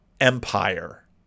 empire